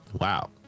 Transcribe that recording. wow